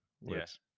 yes